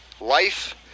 Life